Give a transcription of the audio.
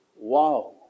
wow